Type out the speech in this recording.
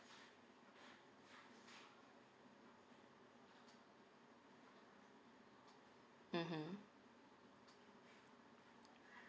mmhmm